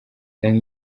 tanga